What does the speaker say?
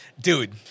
Dude